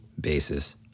basis